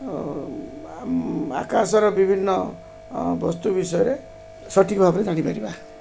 ଆକାଶର ବିଭିନ୍ନ ବସ୍ତୁ ବିଷୟରେ ସଠିକ୍ ଭାବରେ ଜାଣିପାରିବା